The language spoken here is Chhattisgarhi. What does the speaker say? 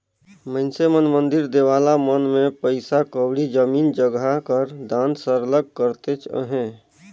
मइनसे मन मंदिर देवाला मन में पइसा कउड़ी, जमीन जगहा कर दान सरलग करतेच अहें